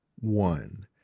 one